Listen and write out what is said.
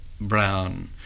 brown